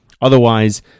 Otherwise